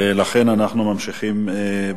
לכן, אנחנו ממשיכים.